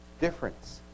difference